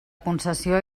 concessió